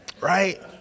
Right